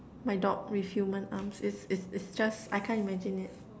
my dog with human arms its its its just I can't imagine it